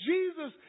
Jesus